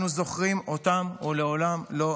אנחנו זוכרים אותם ולעולם לא נשכח.